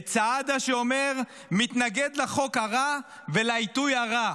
את סעדה שאומר: מתנגד לחוק הרע ולעיתוי הרע,